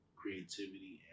creativity